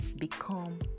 Become